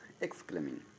exclaiming